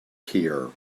here